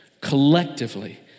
collectively